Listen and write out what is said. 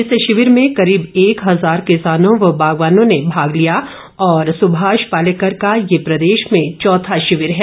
इस शिविर में करीब एक हजार किसानों व बागवानों ने भाग लिया और सुभाष पालेकर का ये प्रदेश में चौथा शिविर है